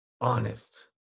honest